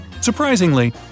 Surprisingly